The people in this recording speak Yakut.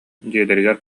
дьиэлэригэр